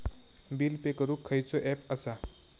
Bill pay करूक खैचो app असा?